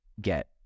get